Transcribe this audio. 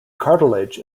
cartilage